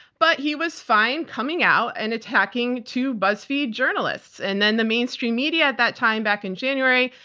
but he was fine coming out and attacking to buzzfeed journalists and then the mainstream media at that time back in january.